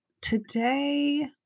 today